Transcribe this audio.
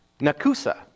Nakusa